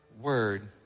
word